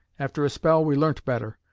after a spell we learnt better.